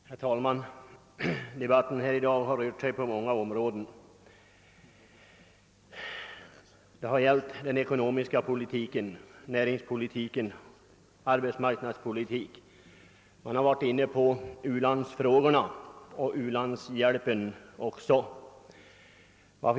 Herr talman! Debatten i dag har rört sig inom många områden — den har gällt den ekonomiska politiken, näringspolitiken, - arbetsmarknadspolitiken, och man har också varit inne på u-landsfrågorna och u-landshjälpen.